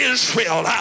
Israel